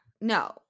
no